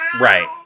Right